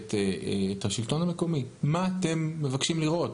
שמייצגת את השלטון המקומי, מה אתם מבקשים לראות?